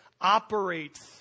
operates